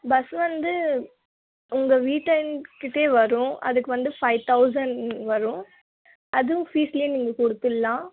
bus வந்து உங்கள் வீட்டான் கிட்டேயே வரும் அதுக்கு வந்து ஃபைவ் தௌசண்ட் வரும் அதுவும் ஃபீஸ்சிலே நீங்கள் கொடுத்துட்லாம்